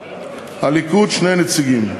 הליכוד, שני נציגים,